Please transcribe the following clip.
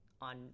on